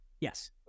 Yes